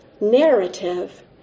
narrative